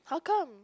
how come